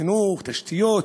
חינוך ותשתיות.